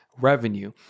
revenue